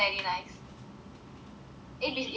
eh ya ya your course